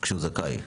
שהוא זכאי.